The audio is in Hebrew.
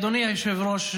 אדוני היושב-ראש,